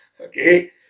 Okay